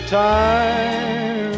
time